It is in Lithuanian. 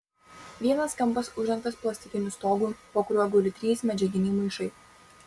vienas kampas uždengtas plastikiniu stogu po kuriuo guli trys medžiaginiai maišai